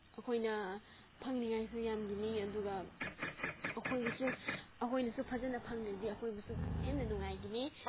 ꯑꯩꯈꯣꯏꯅ ꯐꯪꯅꯤꯡꯉꯥꯏꯁꯨ ꯌꯥꯝꯒꯅꯤ ꯑꯗꯨꯒ ꯑꯩꯈꯣꯏꯕꯨꯁꯨ ꯑꯩꯈꯣꯏꯅꯁꯨ ꯐꯖꯅ ꯐꯪꯂꯗꯤ ꯑꯩꯈꯣꯏꯕꯨꯁꯨ ꯍꯦꯟꯅ ꯅꯨꯡꯉꯥꯏꯒꯅꯤ